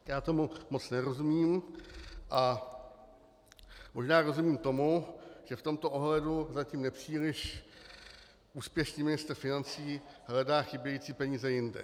Já tomu moc nerozumím, ale možná rozumím tomu, že v tomto ohledu zatím nepříliš úspěšný ministr financí hledá chybějící peníze jinde.